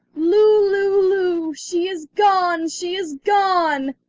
lou, lou, lou! she is gone! she is gone